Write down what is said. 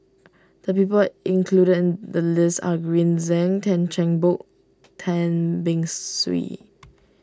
the people included in the list are Green Zeng Tan Cheng Bock Tan Beng Swee